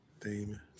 Damon